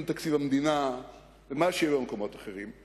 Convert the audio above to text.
על תקציב המדינה ובמה שיהיה במקומות אחרים.